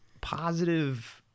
positive